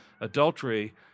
adultery